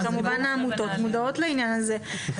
כמובן העמותות מודעות לעניין הזה.